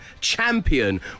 champion